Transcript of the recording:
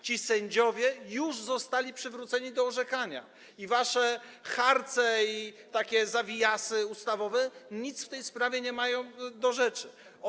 Ci sędziowie już zostali przywróceni do orzekania i wasze harce i zawijasy ustawowe nic w tej sprawie nie mają do rzeczy.